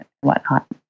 whatnot